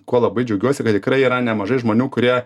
ko labai džiaugiuosi kad tikrai yra nemažai žmonių kurie